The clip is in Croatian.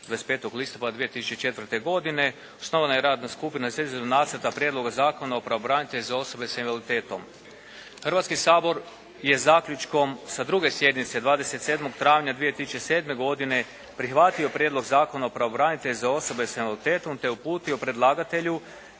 25. listopada 2004. godine osnovana je radna skupina za izradu Nacrta prijedloga Zakona o pravobranitelju za osobe sa invaliditetom. Hrvatski sabor je zaključkom sa 2. sjednice 27. travnja 2007. godine prihvatio prijedlog Zakona o pravobranitelju za osobe sa invaliditetom te uputio predlagatelju